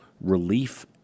Relief